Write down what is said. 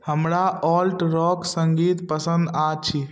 हमरा alt rock संगीत पसन्द आछि